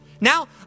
Now